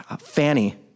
Fanny